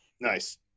nice